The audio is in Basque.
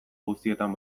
guztietan